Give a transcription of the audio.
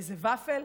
איזה ופל,